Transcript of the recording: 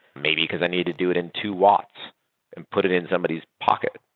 maybe because i need to do it in two watts and put it in somebody's pocket,